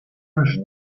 soñj